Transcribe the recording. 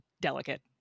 delicate